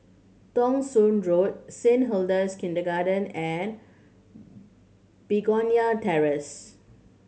Thong Soon Saint Hilda's Kindergarten and Begonia Terrace